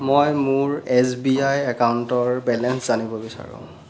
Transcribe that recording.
মই মোৰ S B I একাউণ্টৰ বেলেঞ্চ জানিব বিচাৰোঁ